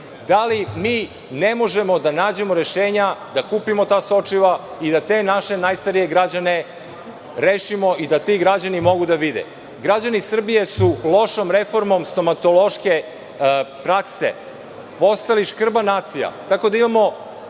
Da li mi ne možemo da nađemo rešenja da kupimo ta sočiva i da naše najstarije građane rešimo i da ti građani mogu da vide? Građani Srbije su lošom reformom stomatološke prakse postali škrba nacija. Imamo